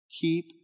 Keep